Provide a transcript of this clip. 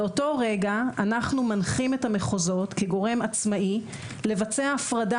באותו רגע אנחנו מנחים את המחוזות כגורם עצמאי לבצע הפרדה.